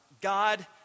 God